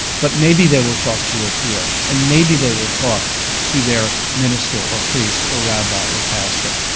but maybe they will talk to a peer and maybe they will talk to their minister or priest or rabbi or pastor,